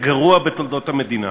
הגרוע בתולדות המדינה.